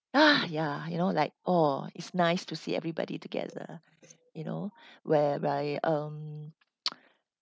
ah ya you know like oh it's nice to see everybody together you know whereby um